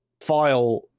file